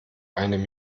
einem